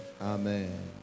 Amen